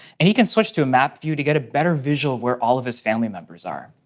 and he can switch to a map view to get a better visual of where all of his family members are.